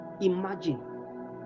imagine